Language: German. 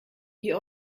wie